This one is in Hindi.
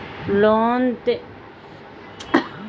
लोन लेते समय तुमसे खाता नंबर पूछेंगे